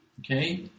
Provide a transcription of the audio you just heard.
Okay